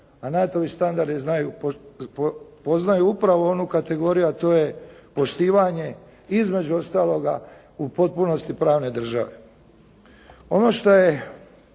a NATO-ovi standardi poznaju upravo onu kategoriju, a to je poštivanje između ostaloga u potpunosti pravne države. Ono što je